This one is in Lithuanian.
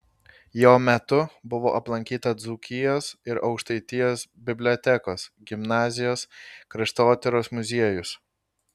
jo metu buvo aplankyta dzūkijos ir aukštaitijos bibliotekos gimnazijos kraštotyros muziejus